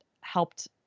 helped